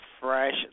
fresh